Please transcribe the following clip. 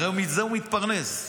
הרי מזה הוא מתפרנס.